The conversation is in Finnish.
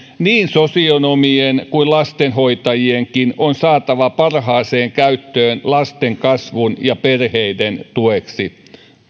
niin sosionomien kuin lastenhoitajienkin on saatava parhaaseen käyttöön lasten kasvun ja perheiden tueksi